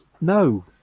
No